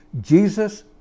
Jesus